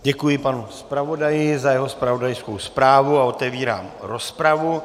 Děkuji panu zpravodaji za jeho zpravodajskou zprávu a otevírám rozpravu.